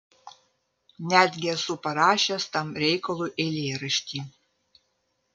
netgi esu parašęs tam reikalui eilėraštį